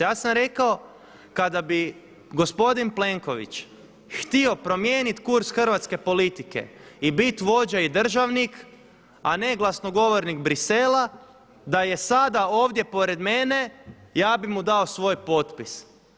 Ja sam rekao kada bi gospodin Plenković htio promijenit kurs hrvatske politike i bit vođa i državnik, a ne glasnogovornik Bruxellesa da je sada ovdje pored mene ja bih mu dao svoj potpis.